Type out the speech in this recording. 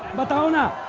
bhadana